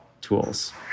tools